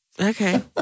Okay